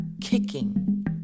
kicking